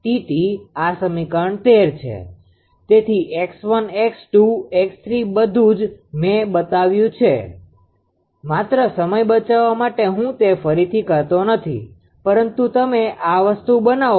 તેથી 𝑥1̇ 𝑥2̇ 𝑥3̇ બધું જ મે બતાવ્યું છે માત્ર સમય બચાવવા માટે હું તે ફરીથી કરતો નથી પરંતુ તમે આ વસ્તુ બનાવો